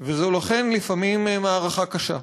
ולכן זו לפעמים מערכה קשה.